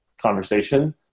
conversation